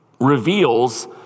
reveals